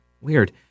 Weird